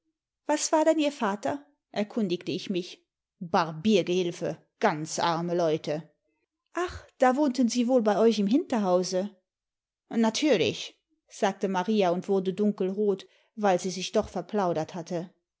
was war denn ihr vater erkundigte ich mich arbiergehilfe ganz arme leute ach da wohnten sie wohl bei euch im hinterhause natürlich sagte maria und wurde dunkelrot weil sie sich doch verplaudert hatte